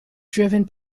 driven